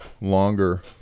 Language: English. longer